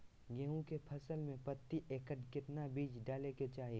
गेहूं के फसल में प्रति एकड़ कितना बीज डाले के चाहि?